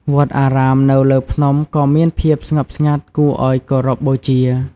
វត្តអារាមនៅលើភ្នំក៏មានភាពស្ងប់ស្ងាត់គួរឲ្យគោរពបូជា។